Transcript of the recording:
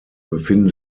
befinden